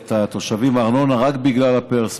את התושבים בארנונה רק בגלל הפרספקס.